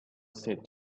said